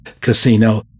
casino